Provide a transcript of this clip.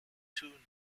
two